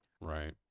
Right